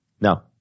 No